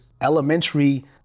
elementary